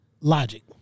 Logic